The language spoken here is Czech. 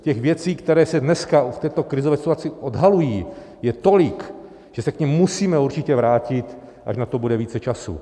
Těch věcí, které se dneska v této krizové situaci odhalují, je tolik, že se k nim musíme určitě vrátit, až na to bude více času.